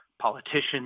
politicians